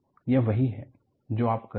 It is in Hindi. यह वही है जो आप करते हैं